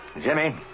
Jimmy